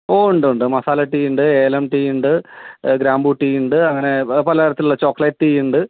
ഓ ഉണ്ട് ഉണ്ട് മസാല ടീ ഉണ്ട് ഏലം ടീ ഉണ്ട് ഗ്രാമ്പൂ ടീ ഉണ്ട് അങ്ങനെ പലതരത്തിലുള്ള ചോക്ലേറ്റ് ടീ ഉണ്ട്